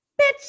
Bitch